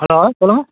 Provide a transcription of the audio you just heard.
hello சொல்லுங்கள்